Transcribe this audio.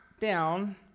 down